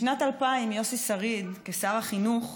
בשנת 2000 יוסי שריד, כשר החינוך,